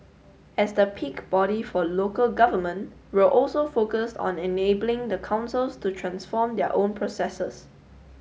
as the peak body for local government we're also focused on enabling the councils to transform their own processes